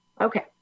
okay